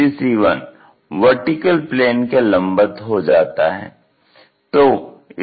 लेकिन एक दूसरा फेस bb1cc1 वर्टीकल प्लेन के लंबवत हो जाता है